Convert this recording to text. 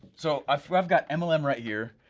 so i've i've got mlm right here.